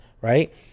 right